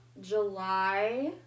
July